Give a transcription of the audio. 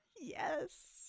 Yes